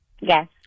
Yes